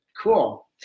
Cool